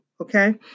Okay